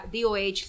DOH